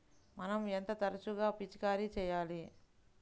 మనం ఎంత తరచుగా పిచికారీ చేయాలి?